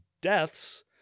deaths